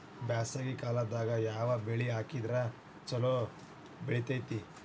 ಬ್ಯಾಸಗಿ ಕಾಲದಾಗ ಯಾವ ಬೆಳಿ ಹಾಕಿದ್ರ ಛಲೋ ಬೆಳಿತೇತಿ?